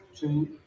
Two